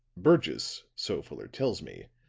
burgess, so fuller tells me,